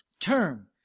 term